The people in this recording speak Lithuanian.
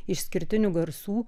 išskirtinių garsų